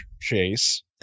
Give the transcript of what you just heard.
chase